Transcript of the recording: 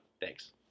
thanks